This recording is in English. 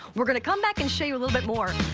we're going to come back and show you a little bit more.